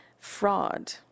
Fraud